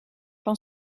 van